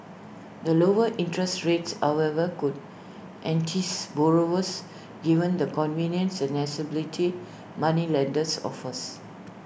the lower interests rates however could entice borrowers given the convenience and accessibility moneylenders offers